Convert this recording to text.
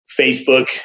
Facebook